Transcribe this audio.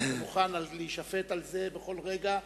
אני מוכן להישפט על זה בכל רגע,